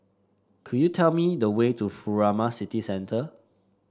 could you tell me the way to Furama City Centre